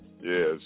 Yes